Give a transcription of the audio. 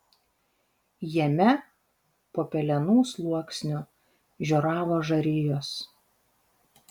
jame po pelenų sluoksniu žioravo žarijos